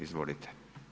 Izvolite.